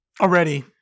already